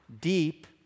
deep